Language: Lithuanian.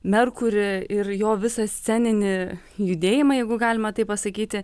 merkurį ir jo visą sceninį judėjimą jeigu galima taip pasakyti